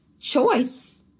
choice